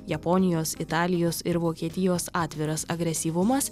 japonijos italijos ir vokietijos atviras agresyvumas